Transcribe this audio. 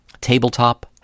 tabletop